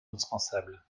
indispensable